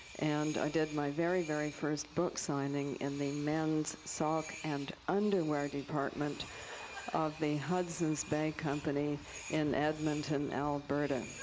and i did my very, very first book signing in the men's sock and underwear department of the hudson's bay company in edmonton, alberta.